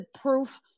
proof